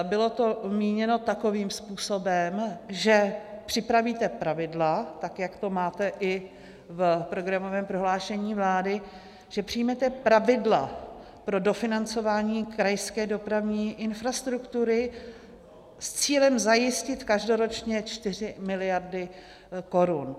Bylo to míněno takovým způsobem, že připravíte pravidla, tak jak to máte i v programovém prohlášení vlády, že přijmete pravidla pro dofinancování krajské dopravní infrastruktury s cílem zajistit každoročně 4 miliardy korun.